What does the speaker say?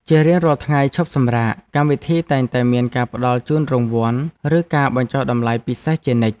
ជារៀងរាល់ថ្ងៃឈប់សម្រាកកម្មវិធីតែងតែមានការផ្ដល់ជូនរង្វាន់ ឬការបញ្ចុះតម្លៃពិសេសជានិច្ច។